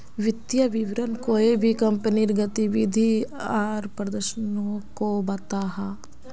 वित्तिय विवरण कोए भी कंपनीर गतिविधि आर प्रदर्शनोक को बताहा